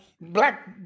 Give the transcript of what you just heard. Black